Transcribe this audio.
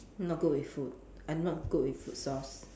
not good with food I'm not good with food source